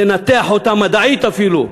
לנתח אותן מדעית אפילו,